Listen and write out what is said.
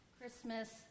Christmas